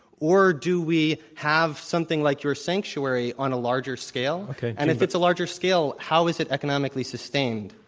or do we have something like your sanctuary on a larger scale? okay. and if it's a larger scale, how is it economically sustained?